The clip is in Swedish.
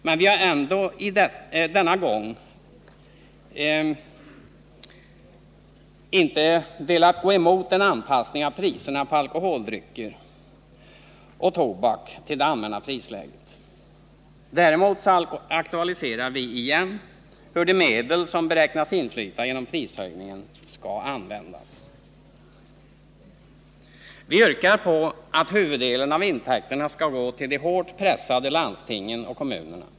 Men vi har ändå inte denna gång velat gå emot en anpassning av priserna på alkoholdrycker och tobak till det allmänna prisläget. Däremot aktualiserar vi igen hur de medel som beräknas inflyta genom prishöjningen skall användas. Vi yrkar att huvuddelen av intäkterna skall gå till de hårt pressade landstingen och kommunerna.